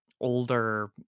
older